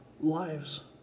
lives